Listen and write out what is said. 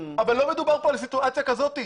אבל לא מדוב כאן על סיטואציה כזאת.